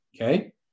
Okay